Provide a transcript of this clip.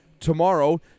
tomorrow